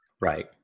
Right